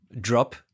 drop